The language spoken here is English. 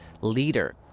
leader